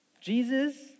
Jesus